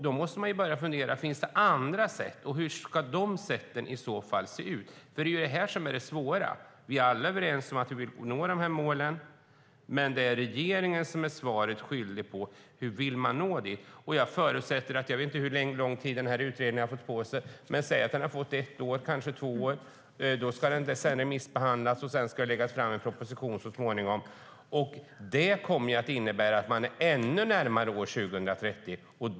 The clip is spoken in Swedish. Då måste man börja fundera över om det finns andra sätt. Hur ska de sätten i så fall se ut? Det är det här som är det svåra. Vi är alla överens om att vi vill nå de här målen, men det är regeringen som är svaret skyldig när det gäller hur man vill nå det. Jag vet inte hur lång tid utredningen har fått på sig, ett eller kanske två år. Sedan ska den remissbehandlas, och slutligen ska en proposition läggas fram. Det innebär att man kommer att vara ännu närmare år 2030.